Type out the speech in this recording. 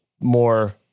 more